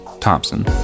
thompson